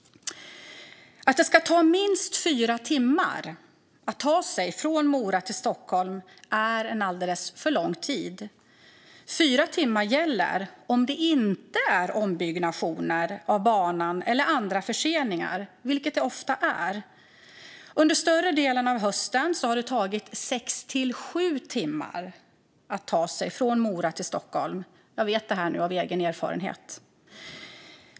Minst fyra timmar för att ta sig från Mora till Stockholm är en alldeles för lång tid. Fyra timmar gäller om det inte är ombyggnationer av banan eller andra förseningar, vilket det ofta är. Under större delen av hösten har det tagit sex till sju timmar att ta sig från Mora till Stockholm. Det vet jag av egen erfarenhet.